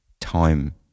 time